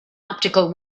optical